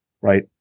right